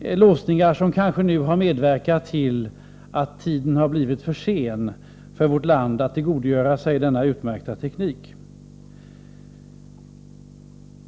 låsningar som kanske nu har medverkat till att tiden blivit för sen för vårt land att tillgodogöra sig denna utmärkta teknik.